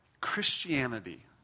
Christianity